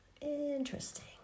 Interesting